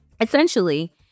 essentially